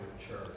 church